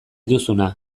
duzuna